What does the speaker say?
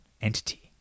entity